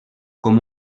com